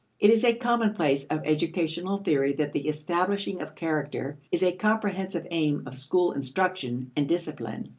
it is a commonplace of educational theory that the establishing of character is a comprehensive aim of school instruction and discipline.